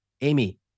Amy